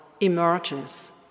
emerges